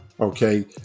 okay